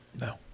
No